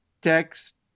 text